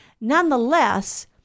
nonetheless